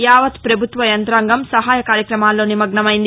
యావత్ ప్రభుత్వ యంత్రాంగం సహాయ కార్యక్రమాల్లో నిమగ్నమైంది